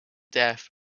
death